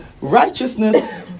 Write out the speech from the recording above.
Righteousness